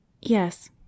Yes